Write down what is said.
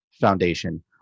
Foundation